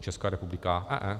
Česká republika ee, ta ne.